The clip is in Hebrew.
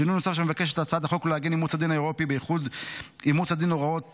שינוי נוסף שמבקשת ההצעה לעגן הוא אימוץ הוראות